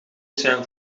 zijn